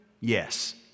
yes